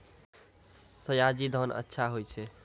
सयाजी धान अच्छा होय छै?